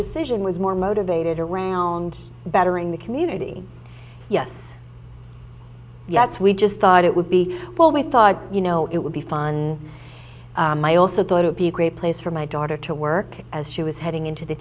decision was more motivated around bettering the community yes yes we just thought it would be well we thought you know it would be fun i also thought it would be a great place for my daughter to work as she was heading into the